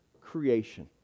creation